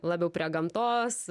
labiau prie gamtos